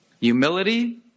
Humility